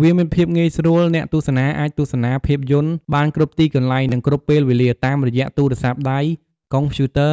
វាមានភាពងាយស្រួល អ្នកទស្សនាអាចទស្សនាភាពយន្តបានគ្រប់ទីកន្លែង និងគ្រប់ពេលវេលា តាមរយៈទូរស័ព្ទដៃ កុំព្យូទ័រ